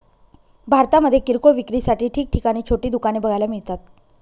भारतामध्ये किरकोळ विक्रीसाठी ठिकठिकाणी छोटी दुकाने बघायला मिळतात